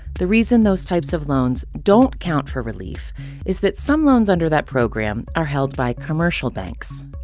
the reason those types of loans don't count for relief is that some loans under that program are held by commercial banks.